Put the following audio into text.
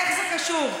איך זה קשור לכיבוש?